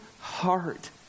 heart